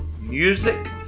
music